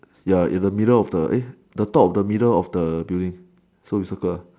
ya in the middle of the eh the top of the middle of the building so you circle